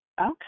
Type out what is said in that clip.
Okay